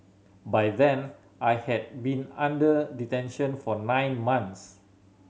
by then I had been under detention for nine months